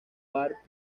bart